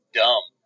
dumb